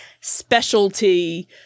specialty